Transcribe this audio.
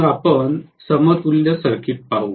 मग आपण समतुल्य सर्किट पाहू